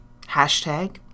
Hashtag